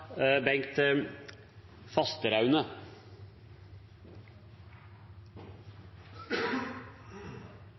Bengt Fasteraune